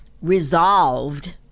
resolved